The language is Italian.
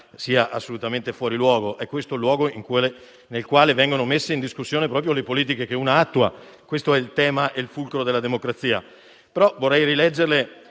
sia assolutamente fuori luogo. È infatti questo il luogo nel quale vengono messe in discussione proprio le politiche che un Ministro attua; questo è il tema e il fulcro della democrazia. Vorrei rileggerle